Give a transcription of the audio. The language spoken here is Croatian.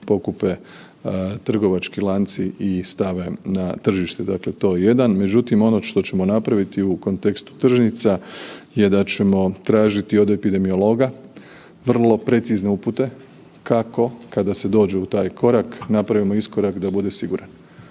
pokupe trgovački lanci i stave na tržište, dakle to jedan. Međutim, ono što ćemo napraviti u kontekstu tržnica je da ćemo tražiti od epidemiologa vrlo precizne upute kako kada se dođe u taj korak napravimo iskorak da bude siguran.